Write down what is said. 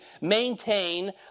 maintain